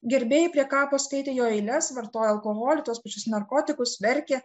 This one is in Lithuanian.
gerbėjai prie kapo skaitė jo eiles vartojo alkoholį tuos pačius narkotikus verkė